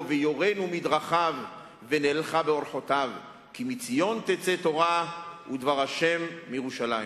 ויורנו מדרכיו ונלכה בארחתיו כי מציון תצא תורה ודבר ה' מירושלם".